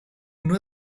know